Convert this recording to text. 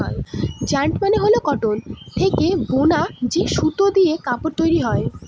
yarn মানে হল cotton থেকে বুনা যে সুতো দিয়ে কাপড় তৈরী হয়